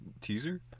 Teaser